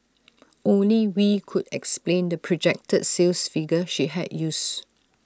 only wee could explain the projected sales figure she had used